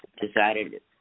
decided